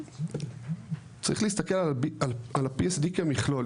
צריך להסתכל על ה-PSD כמכלול,